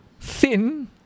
thin